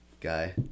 guy